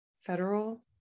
federal